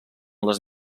les